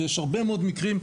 ויש הרבה מאוד מקרים,